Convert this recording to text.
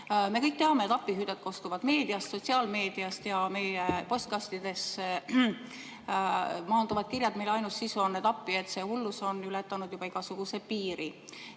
Me kõik teame, et appihüüded kostuvad meediast, sotsiaalmeediast, ja meie postkastidesse maanduvad kirjad, mille ainus sisu on: appi, see hullus on ületanud juba igasuguse piiri!